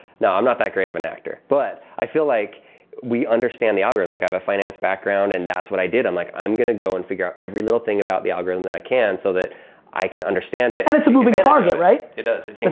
no, i'm not that great on an actor. but i feel like we understand the algorithm. like i have a finance background, and that's what i did. i'm like, i'm gonna go and figure out every little thing about the algorithm that i can. so that i can understand it. and it's a moving target, right? it does. it you know